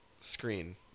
screen